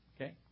Okay